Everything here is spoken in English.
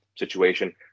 situation